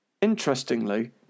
Interestingly